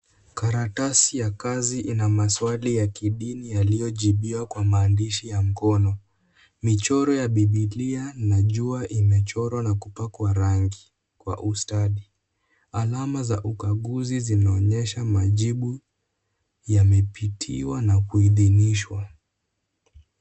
Karatasi ya kazi ina maswali ya kidini yaliyojibiwa kwa maandishi ya mkono. Michoro ya bibilia na jua imechorwa na kupakwa rangi kwa ustadi. Alama za ukaguzi zinaonyesha majibu yamepitiwa na kuidhinishwa.